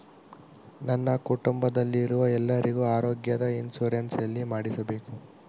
ನನ್ನ ಕುಟುಂಬದಲ್ಲಿರುವ ಎಲ್ಲರಿಗೂ ಆರೋಗ್ಯದ ಇನ್ಶೂರೆನ್ಸ್ ಎಲ್ಲಿ ಮಾಡಿಸಬೇಕು?